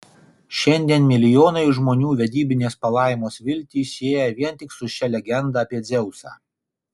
šiandien milijonai žmonių vedybinės palaimos viltį sieja vien tik su šia legenda apie dzeusą